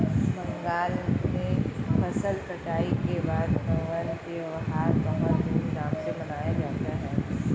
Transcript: बंगाल में फसल कटाई के बाद नवान्न त्यौहार बहुत धूमधाम से मनाया जाता है